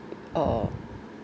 uh